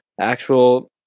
actual